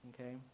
okay